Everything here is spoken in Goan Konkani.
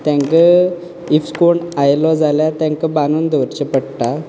तांकां इफ कोण आयलो जाल्यार तांकां बांदून दवरचें पडटा